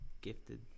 gifted